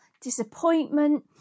disappointment